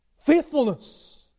faithfulness